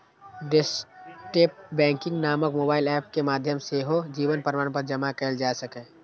doorstep banking नामक mobile app के माध्यम सं सेहो जीवन प्रमाणपत्र जमा कैल जा सकैए